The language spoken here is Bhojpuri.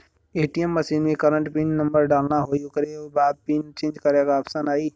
ए.टी.एम मशीन में करंट पिन नंबर डालना होई ओकरे बाद पिन चेंज करे क ऑप्शन आई